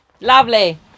Lovely